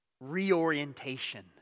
reorientation